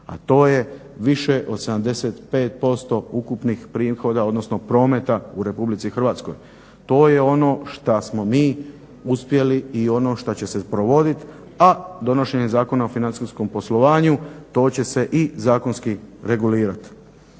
A to je više od 75% ukupnih prihoda, odnosno prometa u Republici Hrvatskoj. To je ono šta smo mi uspjeli i on šta će se provodit, a donošenjem Zakona o financijskom poslovanju to će se i zakonski regulirat.